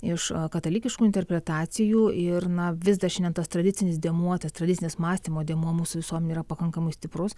iš katalikiškų interpretacijų ir na vis dar šiandien tas tradicinis demuotas tradicinis mąstymo dėmuo mūsų visuomenei yra pakankamai stiprus